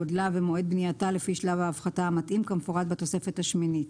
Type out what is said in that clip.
גודלה ומועד בנייתה לפי שלב ההפחתה המתאים כמפורט בתוספת השמינית.